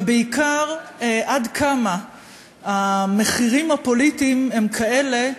ובעיקר עד כמה המחירים הפוליטיים הם כאלה,